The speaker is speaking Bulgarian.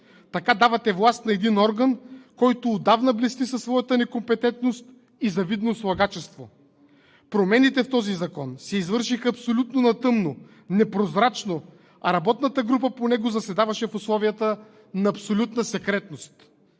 Така давате власт на един орган, който отдавна блести със своята некомпетентност и завидно слагачество. Промените в този закон се извършиха абсолютно на тъмно, непрозрачно, а работната група по него заседаваше в условията на абсолютна секретност.